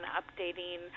updating